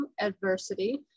adversity